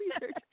research